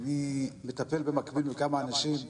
אני מטפל במקביל בכמה אנשים.